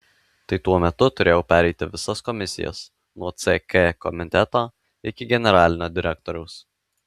tai tuo metu turėjau pereiti visas komisijas nuo ck komiteto iki generalinio direktoriaus